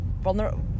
vulnerable